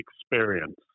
experience